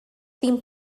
theme